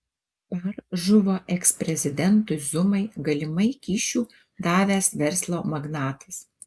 par žuvo eksprezidentui zumai galimai kyšių davęs verslo magnatas